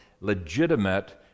legitimate